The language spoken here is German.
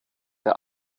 der